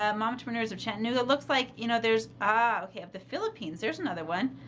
ah mompreneurs of chattanooga, looks like you know, there's, ah okay, of the philippines, there's another one.